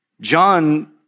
John